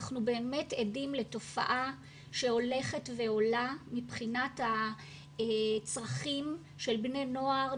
אנחנו באמת עדים לתופעה שהולכת ועולה מבחינת הצרכים של בני נוער,